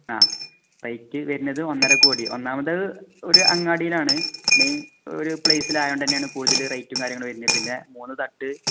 ആ റേറ്റ് വരുന്നത് ഒന്നരക്കോടി ഒന്നാമത് ഒരു അങ്ങാടിയിലാണ് മെയിൻ ഒരു പ്ലേസില ആയത് കൊണ്ട് തന്നെയാണ് കൂടുതൽ റേറ്റും കാര്യങ്ങളും വരുന്നത് പിന്നെ മൂന്ന് തട്ട്